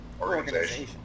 Organization